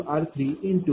00620